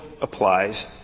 Applies